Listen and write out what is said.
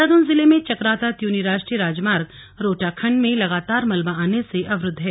देहरादून जिले में चकराता त्यूनी राष्ट्रीय राजमार्ग रोटाखड्ड में लगातार मलबा आने से अवरुद्व है